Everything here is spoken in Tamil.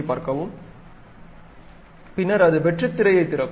பின்னர் அது வெற்றுத் திரையைத் திறக்கும்